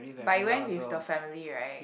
but you went with the family right